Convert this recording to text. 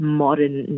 modern